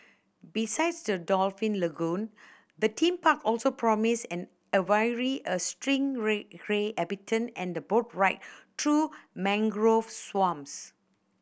besides the dolphin lagoon the theme park also promise an aviary a habitat and boat ride through mangrove swamps